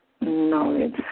knowledge